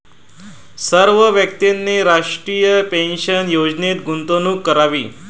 सर्व व्यक्तींनी राष्ट्रीय पेन्शन योजनेत गुंतवणूक करावी